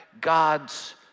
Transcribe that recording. God's